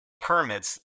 permits